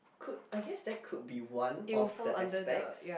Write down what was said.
could I guess that could be one of the aspects